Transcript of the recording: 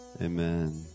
Amen